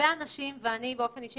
באופן אישי,